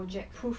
project